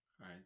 right